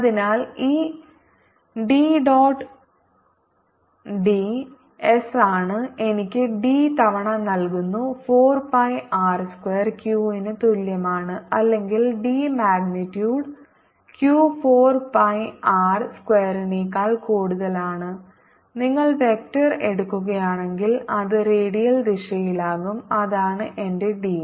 അതിനാൽ ഈ D dot ഡിഎസാണ് എനിക്ക് D തവണ നൽകുന്നു 4 pi r സ്ക്വയർ Q ന് തുല്യമാണ് അല്ലെങ്കിൽ D magnitude q 4 pi r സ്ക്വയറിനേക്കാൾ കൂടുതലാണ് നിങ്ങൾ വെക്റ്റർ എടുക്കുകയാണെങ്കിൽ അത് റേഡിയൽ ദിശയിലാകും അതാണ് എന്റെ ഡി